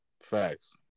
Facts